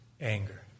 anger